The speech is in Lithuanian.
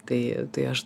tai tai aš